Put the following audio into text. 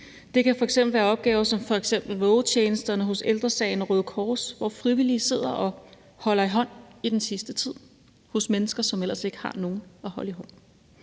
Det kan f.eks. være opgaver som vågetjenesterne hos Ældre Sagen og Røde Kors, hvor frivillige sidder og holder i hånd i den sidste tid hos mennesker, som ellers ikke har nogen at holde i hånden.